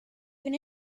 even